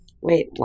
Wait